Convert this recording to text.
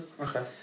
Okay